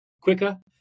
quicker